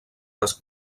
les